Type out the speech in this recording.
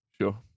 Sure